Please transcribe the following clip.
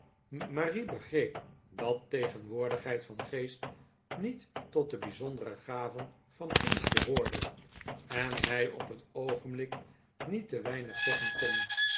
marie begreep dat tegenwoordigheid van geest niet tot de bijzondere gaven van pinch behoorde en hij op het oogenblik niet te weinig zeggen kon